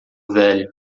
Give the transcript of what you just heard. velho